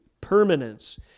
permanence